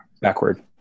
Backward